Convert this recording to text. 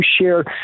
share